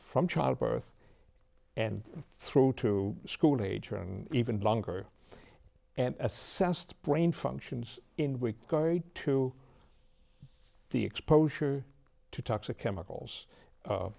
from childbirth and through to school age or and even longer and assessed brain functions in week too the exposure to toxic chemicals